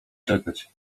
czekać